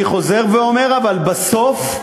כן, הייעוץ, אני חוזר ואומר, אבל בסוף,